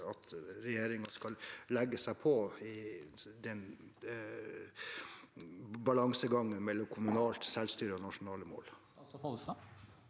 at regjeringen skal legge seg på i balansegangen mellom kommunalt selvstyre og nasjonale mål?